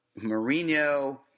Mourinho